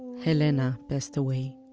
helena passed away